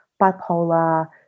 bipolar